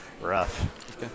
Rough